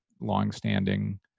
long-standing